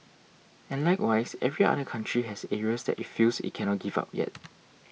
and likewise every other country has areas that it feels it cannot give up yet